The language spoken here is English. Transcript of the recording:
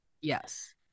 Yes